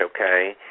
Okay